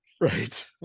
right